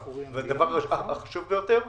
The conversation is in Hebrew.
והדבר החשוב ביותר,